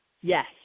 Yes